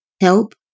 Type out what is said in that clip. Help